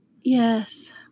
Yes